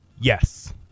Yes